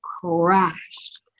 crashed